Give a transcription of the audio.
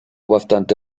bastante